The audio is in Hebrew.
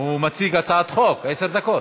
הוא מציג הצעת חוק, עשר דקות.